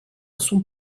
son